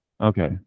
Okay